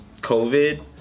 COVID